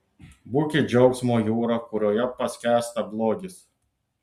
būkit džiaugsmo jūra kurioje paskęsta blogis